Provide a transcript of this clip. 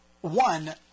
One